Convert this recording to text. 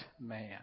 man